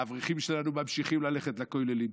האברכים שלנו ממשיכים ללכת לכוללים.